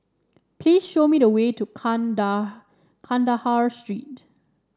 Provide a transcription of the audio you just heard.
please show me the way to Kanda Kandahar Street